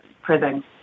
prison